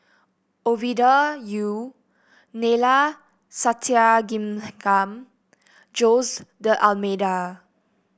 Ovidia Yu Neila Sathyalingam Jose D'Almeida